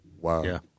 Wow